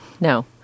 No